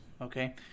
Okay